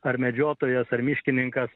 ar medžiotojas ar miškininkas